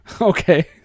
Okay